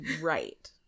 right